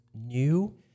new